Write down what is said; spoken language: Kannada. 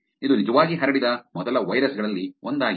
ಇದು ನಿಜವಾಗಿ ಹರಡಿದ ಮೊದಲ ವೈರಸ್ ಗಳಲ್ಲಿ ಒಂದಾಗಿದೆ